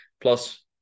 Plus